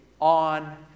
on